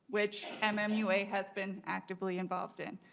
which and mm um ua has been actively involved in.